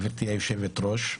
גברתי היושבת-ראש,